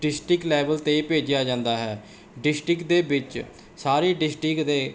district level 'ਤੇ ਭੇਜਿਆ ਜਾਂਦਾ ਹੈ ਡਿਸਟਿਕ ਦੇ ਵਿੱਚ ਸਾਰੀ ਡਿਸਟਿਕ ਦੇ